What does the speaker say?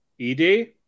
ED